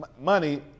Money